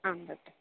आं डाक्टर्